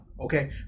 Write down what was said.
Okay